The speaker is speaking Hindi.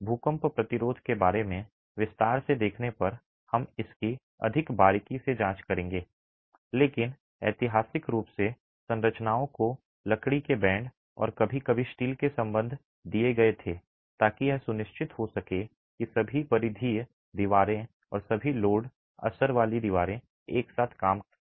भूकंप प्रतिरोध के बारे में विस्तार से देखने पर हम इसकी अधिक बारीकी से जांच करेंगे लेकिन ऐतिहासिक रूप से संरचनाओं को लकड़ी के बैंड और कभी कभी स्टील के संबंध दिए गए थे ताकि यह सुनिश्चित हो सके कि सभी परिधीय दीवारें और सभी लोड असर वाली दीवारें एक साथ काम करती हैं